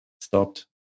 stopped